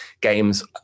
games